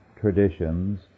traditions